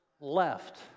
Left